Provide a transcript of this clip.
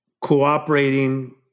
cooperating